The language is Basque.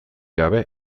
gabe